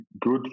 good